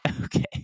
Okay